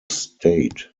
state